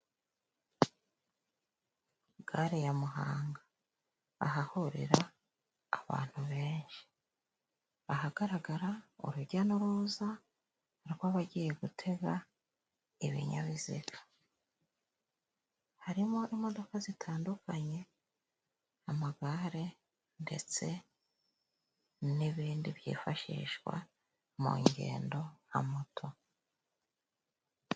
Gare ya Muhanga. Ahahurira abantu benshi. Ahagaragara urujya n'uruza rw'abagiye gutega ibinyabiziga. Harimo imodoka zitandukanye, amagare ndetse n'ibindi byifashishwa mu ngendo nka moto.